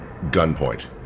gunpoint